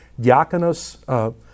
Diakonos